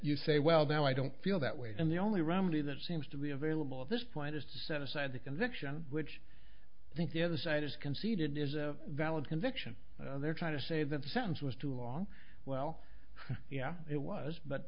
you say well though i don't feel that way and the only remedy that seems to be available at this point is to set aside the conviction which i think the other side has conceded is a valid conviction and they're trying to say that sounds was too long well yeah it was but